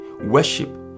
Worship